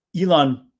Elon